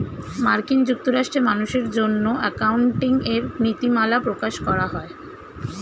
মার্কিন যুক্তরাষ্ট্রে মানুষের জন্য অ্যাকাউন্টিং এর নীতিমালা প্রকাশ করা হয়